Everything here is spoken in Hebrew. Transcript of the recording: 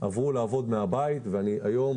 עברו לעבוד מהבית היום,